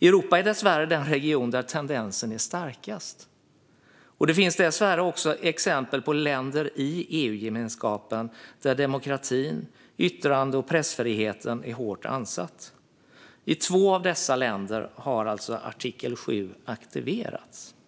Europa är dessvärre den region där tendensen är starkast. Det finns tyvärr också exempel på länder i EU-gemenskapen där demokratin, yttrandefriheten och pressfriheten är hårt ansatta. I två av dessa länder har artikel 7 alltså aktiverats.